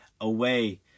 away